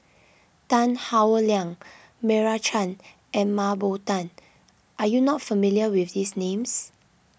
Tan Howe Liang Meira Chand and Mah Bow Tan are you not familiar with these names